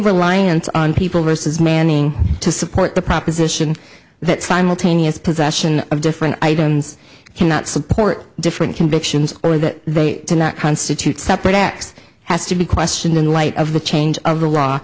reliance on people versus manning to support the proposition that simultaneous possession of different items cannot support different convictions or that they do not constitute separate acts has to be questioned in light of the change of the law